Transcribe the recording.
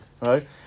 Right